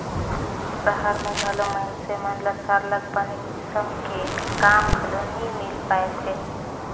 सहर में घलो मइनसे मन ल सरलग बने किसम के काम घलो नी मिल पाएत हे